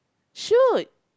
shoot